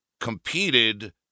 competed